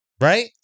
right